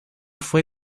fue